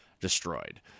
destroyed